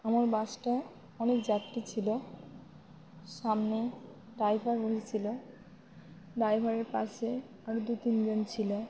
আমার বাসটায় অনেক যাত্রী ছিল সামনে ড্রাইভার বসেছিল ড্রাইভারের পাশে আরও দু তিনজন ছিল